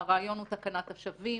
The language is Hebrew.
הרעיון הוא תקנת השבים,